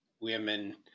women